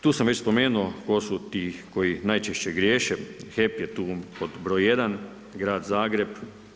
Tu sam već spomenuo tko su ti koji najčešće griješe, HEP je tu pod br.1, Grad Zagreb.